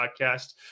podcast